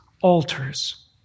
altars